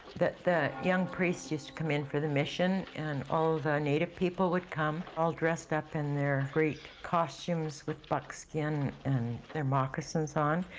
that the young priests used to come in for the mission and all of the native people would come, all dressed up in their great costumes with buckskin and their moccasins on.